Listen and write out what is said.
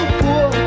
poor